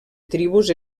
tribus